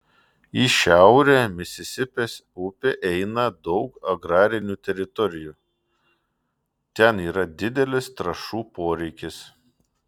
į šiaurę misisipės upe eina daug agrarinių teritorijų ten yra didelis trąšų poreikis